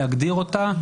להגדיר אותה,